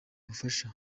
bufasha